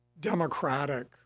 democratic